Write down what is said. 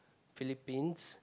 Philippines